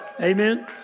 Amen